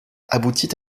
aboutit